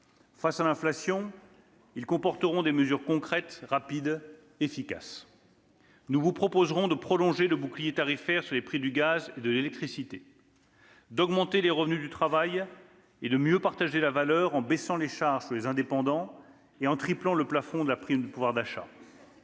Face à l'inflation, ils comporteront des mesures concrètes, rapides et efficaces. « Nous vous proposerons de prolonger le bouclier tarifaire sur les prix du gaz et de l'électricité, d'augmenter les revenus du travail et de mieux partager la valeur en baissant les charges des indépendants et en triplant le plafond de la prime exceptionnelle de pouvoir d'achat,